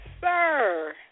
sir